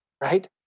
right